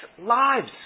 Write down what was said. lives